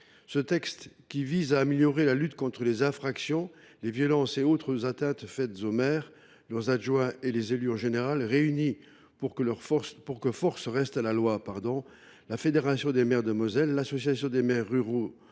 Ce texte, qui vise à améliorer la lutte contre les violences et autres atteintes faites aux maires, à leurs adjoints et aux élus en général, pour que force reste à la loi, réunit la Fédération des maires de Moselle, l’Association des maires ruraux